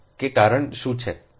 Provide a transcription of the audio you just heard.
show કે કારણ શું છે